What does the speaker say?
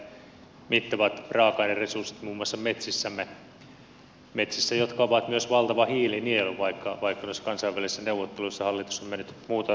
meillä on erittäin mittavat raaka aineresurssit muun muassa metsissämme metsissä jotka ovat myös valtava hiilinielu vaikka myös kansainvälisissä neuvotteluissa hallitus on mennyt muuta sopimaan